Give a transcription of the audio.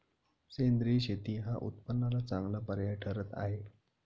सेंद्रिय शेती हा उत्पन्नाला चांगला पर्याय ठरत आहे